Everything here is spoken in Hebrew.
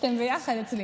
אתם ביחד אצלי.